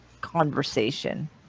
conversation